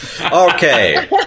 Okay